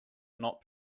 not